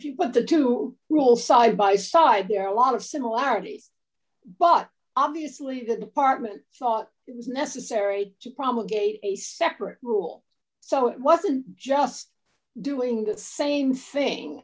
if you put the two rules side by side there are a lot of similarities but obviously the department thought necessary she probably gave a separate rule so it wasn't just doing the same thing